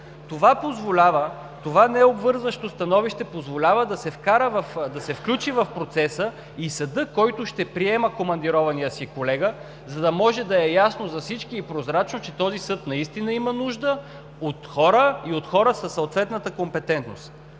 Това необвързващо становище позволява да се включи в процеса и съдът, който ще приема командирования си колега, за да може да е ясно за всички и прозрачно, че този съд наистина има нужда от хора, и от хора със съответната компетентност.